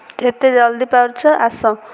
ଯେତେ ଜଲ୍ଦି ପାରୁଛ ଆସ